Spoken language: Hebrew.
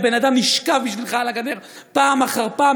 הבן אדם נשכב בשבילך על הגדר פעם אחר פעם,